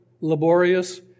laborious